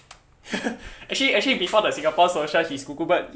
actually actually before the singapore social his kuku bird